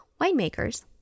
Winemakers